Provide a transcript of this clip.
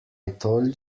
told